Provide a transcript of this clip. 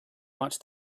much